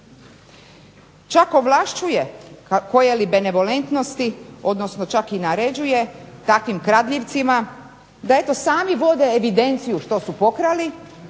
Čak ovlašćuje, koje li benevolentnosti, odnosno čak i naređuje takvim kradljivcima da eto sami vode evidenciju što su pokrali